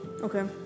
Okay